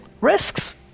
Risks